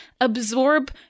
absorb